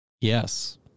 Yes